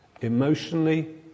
emotionally